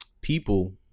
people